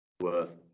worth